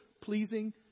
pleasing